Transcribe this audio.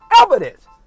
evidence